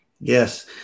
yes